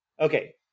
Okay